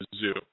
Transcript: zoo